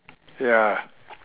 ya